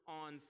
on